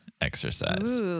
exercise